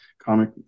Comic